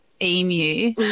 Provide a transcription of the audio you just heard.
emu